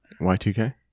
Y2K